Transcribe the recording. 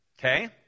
okay